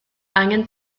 angen